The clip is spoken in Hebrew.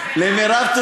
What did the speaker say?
מירב, מירב.